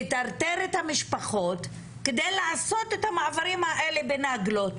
לטרטר את המשפחות כדי לעשות את המעברים האלה בנגלות?